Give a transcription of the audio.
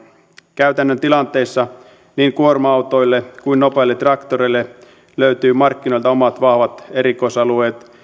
käytännön tilanteissa niin kuorma autoille kuin myös nopeille traktoreille löytyy markkinoilta omat vahvat erikoisalueensa